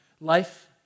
life